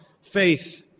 faith